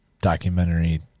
documentary